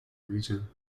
region